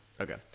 Okay